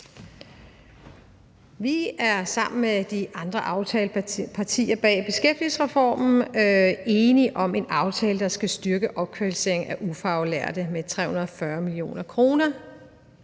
Vi er sammen med de andre aftalepartier bag beskæftigelsesreformen enige om en aftale, der skal styrke opkvalificering af ufaglærte med 340 mio. kr.